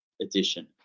edition